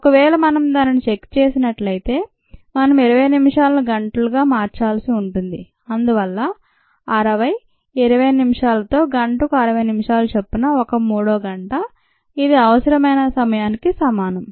ఒకవేళ మనం దానిని చెక్ చేసినట్లయితే మనం 20 నిమిషాలను గంటలుగా మార్చాల్సి ఉంటుంది అందువల్ల 60 20 నిమిషాలతో గంటకు 60 నిమిషాలచొప్పున 1 మూడో గంట ఇది అవసరమైన సమయానికి సమానం